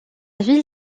ville